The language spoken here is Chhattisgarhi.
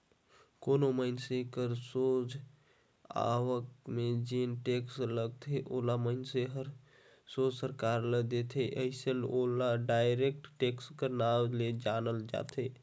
कोनो मइनसे कर सोझ आवक में जेन टेक्स लगथे ओला मइनसे हर सोझ सरकार ल देथे अइसे में ओला डायरेक्ट टेक्स कर नांव ले जानल जाथे